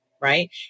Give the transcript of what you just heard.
right